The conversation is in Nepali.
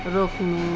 रोक्नु